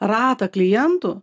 ratą klientų